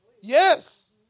Yes